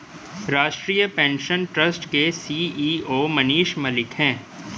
राष्ट्रीय pension trust के CEO Manish Malik है